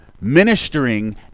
ministering